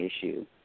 issue